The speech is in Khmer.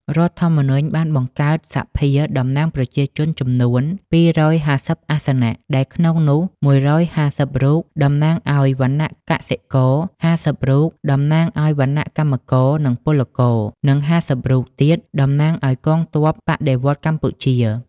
រដ្ឋធម្មនុញ្ញ បានបង្កើតសភាតំណាងប្រជាជនចំនួន២៥០ អាសនៈ ដែល ក្នុងនោះ ១៥០ រូបតំណាងឱ្យ វណ្ណៈកសិករ ៥០ រូបតំណាងឱ្យ វណ្ណៈកម្មករនិងពលករ និង៥០ រូបទៀតតំណាងឱ្យកងទ័ព បដិវត្តន៍កម្ពុជា ។